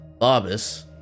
Barbus